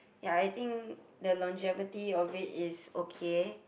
ya I think the longevity of it is okay